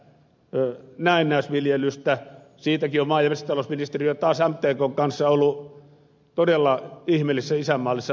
siitäkin on maa ja metsätalousministeriö taas mtkn kanssa ollut todella ihmeellisessä isänmaallisessa väännössä